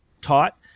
taught